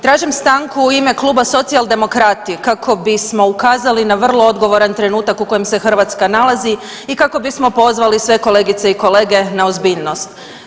Tražim stanku u ime kluba Socijaldemokrati kako bismo ukazali na vrlo odgovoran trenutak u kojem se Hrvatska nalazi i kako bismo pozvali sve kolegice i kolege na ozbiljnost.